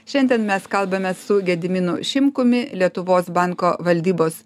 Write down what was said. šiandien mes kalbamės su gediminu šimkumi lietuvos banko valdybos